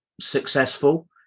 successful